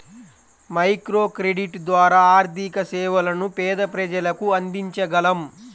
microcredit ద్వారా ఆర్థిక సేవలను పేద ప్రజలకు అందించగలం